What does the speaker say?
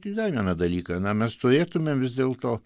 ir dar vieną dalyką na mes turėtumėm vis dėlto